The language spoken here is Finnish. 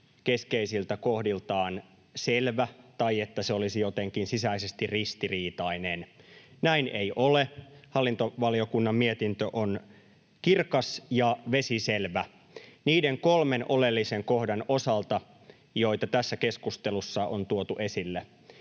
keskeisiltä kohdiltaan selvä tai että se olisi jotenkin sisäisesti ristiriitainen. Näin ei ole. Hallintovaliokunnan mietintö on kirkas ja vesiselvä niiden kolmen oleellisen kohdan osalta, joita tässä keskustelussa on tuotu esille.